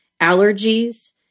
allergies